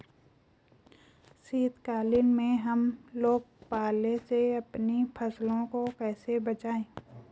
शीतकालीन में हम लोग पाले से अपनी फसलों को कैसे बचाएं?